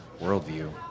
worldview